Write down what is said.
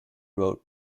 wrote